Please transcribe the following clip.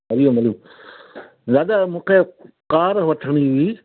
हरिओम हरिओम दादा मूंखे कार वठिणी हुई